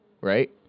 right